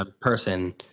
Person